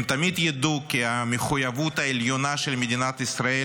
הם תמיד ידעו כי המחויבות העליונה של מדינת ישראל